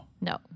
No